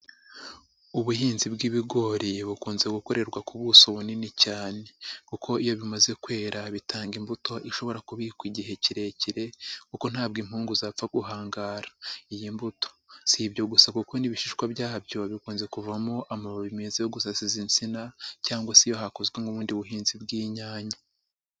Ubuhinzi bw'ibigori bukunze gukorerwa ku buso bunini cyane kuko iyo bimaze kwera bitanga imbuto ishobora kubikwa igihe kirekire kuko ntabwo impugu zapfa guhangara iyi mbuto. Si ibyo gusa kuko n'ibishishwa byabyo bikunze kuvamo amababi meza yo gusasiza insina cyangwa se iyo hakozwe nk'ubundi buhinzi bw'inyanya.